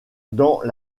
dans